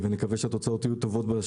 נקווה שהתוצאות יהיו טובות.